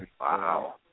Wow